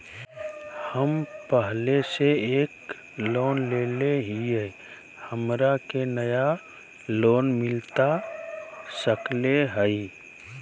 हमे पहले से एक लोन लेले हियई, हमरा के नया लोन मिलता सकले हई?